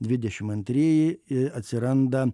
dvidešim antrieji i atsiranda